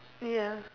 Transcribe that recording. ya